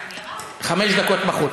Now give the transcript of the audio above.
חמש דקות בחוץ.